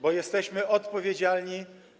bo jesteśmy odpowiedzialni.